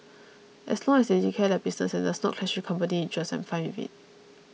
as long as they declare their business and it does not clash with company interests I'm fine with it